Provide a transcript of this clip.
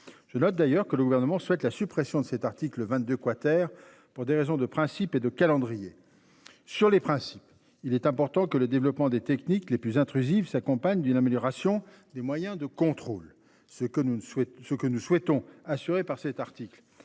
Je note d'ailleurs que le gouvernement souhaite la suppression de cet article 22 quater pour des raisons de principes et de calendrier sur les principes, il est important que le développement des techniques les plus intrusif s'accompagne d'une amélioration des moyens de contrôle. Ce que nous ne souhaitons, ce que